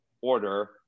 order